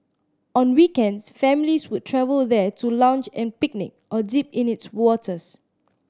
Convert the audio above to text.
on weekends families would travel there to lounge and picnic or dip in its waters